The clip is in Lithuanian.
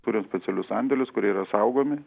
turim specialius sandėlius kurie yra saugomi